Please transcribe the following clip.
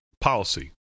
policy